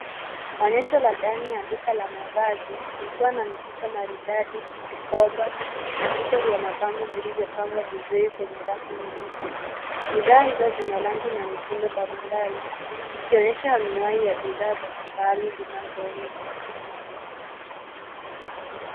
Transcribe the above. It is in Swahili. Onyesho la ndani la duka la mavazi, likiwa na mifuko maridadi, mikoba, na vito vya mapambo, vilivyopangwa vizuri kwenye rafu nyeupe. Bidhaa hizo zina rangi na mitindo mbali mbali, zikionyesha anuwai ya bidhaa za kifahari zinazouzwa.